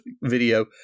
video